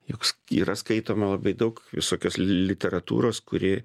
juk s yra skaitoma labai daug visokios literatūros kuri